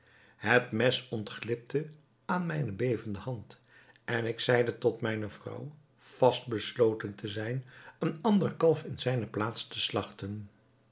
het mes ontglipte aan mijne bevende hand en ik zeide tot mijne vrouw vast besloten te zijn een ander kalf in zijne plaats te slagten